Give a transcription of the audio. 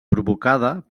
provocada